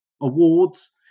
Awards